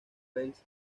palace